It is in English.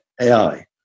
AI